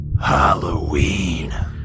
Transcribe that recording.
Halloween